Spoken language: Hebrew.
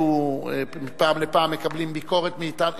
מפעם לפעם מקבלים ביקורת מאתנו,